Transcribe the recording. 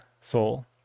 soul